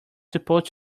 supposed